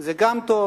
זה גם טוב,